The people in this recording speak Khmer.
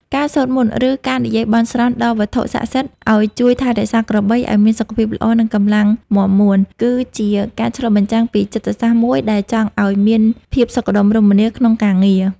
ការសូត្រមន្ត ឬការនិយាយបន់ស្រន់ដល់វត្ថុស័ក្តិសិទ្ធិឱ្យជួយថែរក្សាក្របីឱ្យមានសុខភាពល្អ និងកម្លាំងមាំមួន គឺជាការឆ្លុះបញ្ចាំងពីចិត្តសាស្ត្រមួយដែលចង់ឱ្យមានភាពសុខដុមរមនាក្នុងការងារ។